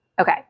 okay